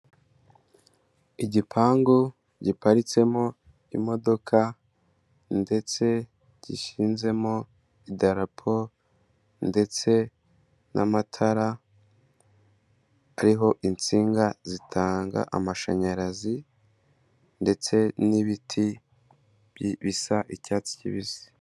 Igipangu giparitsemo imodoka ndetse gishinzemo idarapo ndetse n'amatara ariho insinga zitanga amashanyarazi ndetse n'ibiti bisa icyatsi kibisi.